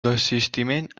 desistiment